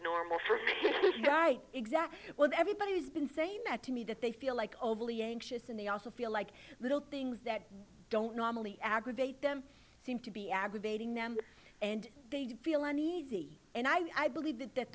right exactly what everybody's been saying that to me that they feel like overly anxious and they also feel like little things that don't normally aggravate them seem to be aggravating them and they do feel uneasy and i believe that that